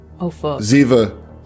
Ziva